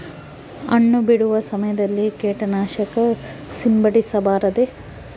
ಹಣ್ಣು ಬಿಡುವ ಸಮಯದಲ್ಲಿ ಕೇಟನಾಶಕ ಸಿಂಪಡಿಸಬಾರದೆ?